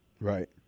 Right